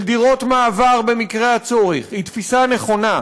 של דירות מעבר במקרה הצורך, היא תפיסה נכונה.